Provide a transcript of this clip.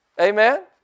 Amen